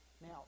Now